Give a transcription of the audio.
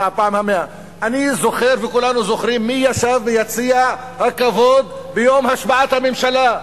אני זוכר וכולנו זוכרים מי ישב ביציע הכבוד ביום השבעת הממשלה.